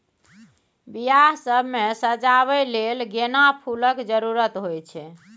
बियाह सब मे सजाबै लेल गेना फुलक जरुरत होइ छै